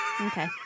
Okay